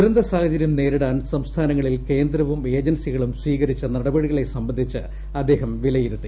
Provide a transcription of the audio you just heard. ദുരന്ത സാഹചര്യം നേരിടാൻ സംസ്ഥാനങ്ങളിൽ കേന്ദ്രവും ഏജൻസികളും സ്വീകരിച്ച നടപടികളെ സംബന്ധിച്ച് അദ്ദേഹം വിലയിരുത്തി